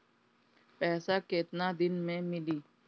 पैसा केतना दिन में मिली?